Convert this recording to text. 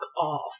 off